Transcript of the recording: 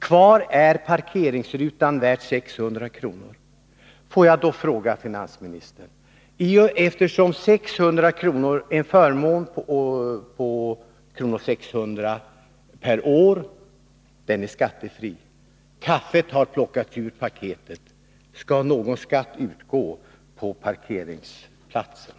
Kvar är parkeringsrutan värd 600 kr. En förmån på 600 kr. per år är skattefri, och kaffet har alltså plockats ur paketet. Får jag då fråga finansministern: Skall någon skatt utgå på parkeringsplatsen?